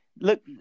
look